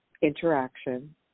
interaction